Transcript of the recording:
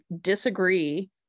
disagree